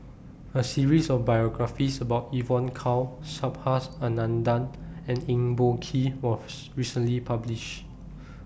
A series of biographies about Evon Kow Subhas Anandan and Eng Boh Kee was recently published